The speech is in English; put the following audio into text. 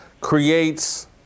creates